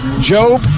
Joe